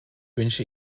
wünsche